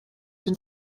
den